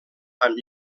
amb